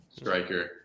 striker